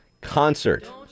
Concert